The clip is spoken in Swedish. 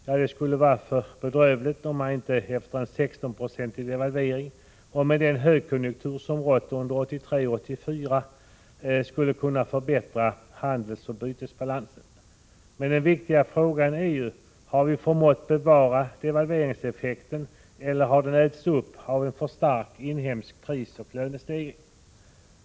Ja, det skulle vara för bedrövligt om man efter en 16-procentig devalvering och med tanke på den högkonjunktur som rått under 1983 och 1984 inte skulle kunna förbättra handelsoch bytesbalansen. Den viktiga frågan är ju: Har vi förmått bevara devalveringseffekten eller har den ätits upp av en för stark inhemsk prisoch lönestegring?